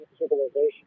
civilization